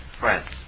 friends